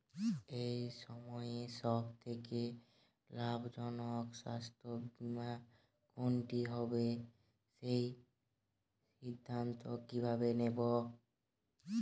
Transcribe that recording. এই সময়ের সব থেকে লাভজনক স্বাস্থ্য বীমা কোনটি হবে সেই সিদ্ধান্ত কীভাবে নেব?